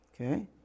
Okay